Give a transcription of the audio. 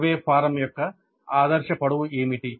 survey form యొక్క ఆదర్శ పొడవు ఏమిటి